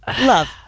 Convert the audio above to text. love